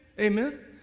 Amen